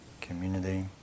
community